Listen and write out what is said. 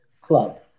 club